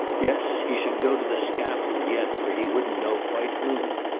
yes, he should go to the scaffold yet for he wouldn't know quite whom.